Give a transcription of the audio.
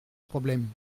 problème